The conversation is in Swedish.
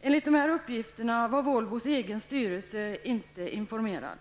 Enligt dessa uppgifter var Volvos egen styrelse inte informerad.